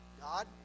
God